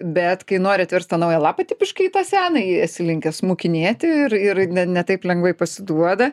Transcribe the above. bet kai nori atverst tą naują lapą tipiškai tą senąjį esi linkęs smukinėti ir ir ne ne taip lengvai pasiduoda